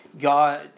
God